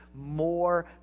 more